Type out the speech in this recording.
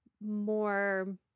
more